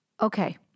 Okay